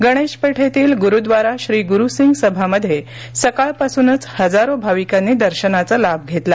गणेश पेठेतील ग्रुव्दारा श्रीग्रु सिंगसभामधे सकाळपासूनच हजारो भाविकांनी दर्शनाचा लाभ घेतला